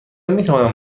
میتوانم